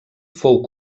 fou